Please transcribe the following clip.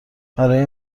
برای